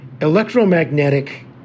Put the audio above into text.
electromagnetic